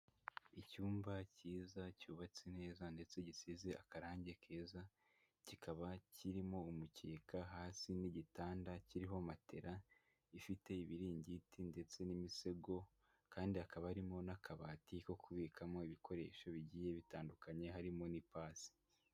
Icyumba cyiza cyubatse neza ndetse gisize akarange keza kikaba kirimo umukeka hasi n'igitanda kiriho matela ifite ibiringiti ndetse n'imisego, kandi hakaba harimo n'akabati ko kubikamo ibikoresho bigiye bitandukanye harimo n'ipasi.